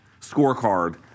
scorecard